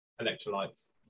electrolytes